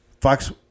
Fox